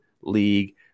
League